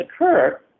occur